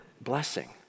blessing